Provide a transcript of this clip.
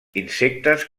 insectes